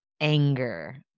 anger